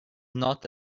not